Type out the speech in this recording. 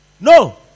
no